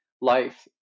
life